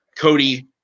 Cody